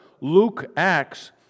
Luke-Acts